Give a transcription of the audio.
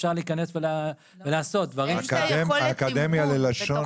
שאפשר להיכנס ולעשות --- האקדמיה ללשון